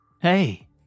hey